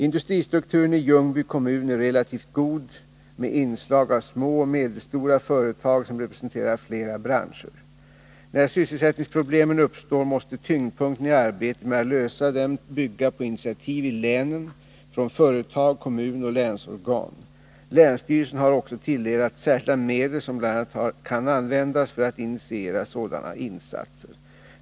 Industristrukturen i Ljungby kommun är relativt god med inslag av små och medelstora företag, som representerar flera branscher. När sysselsättningsproblem uppstår måste tyngdpunkten i arbetet med att lösa dem bygga på initiativ i länen från företag, kommun och länsorgan. Länsstyrelsen har också tilldelats särskilda medel som bl.a. kan användas för att initiera sådana insatser.